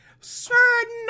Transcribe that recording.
certain